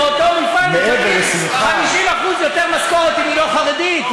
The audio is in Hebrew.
זה לא בלבד שאתה לא עוזר,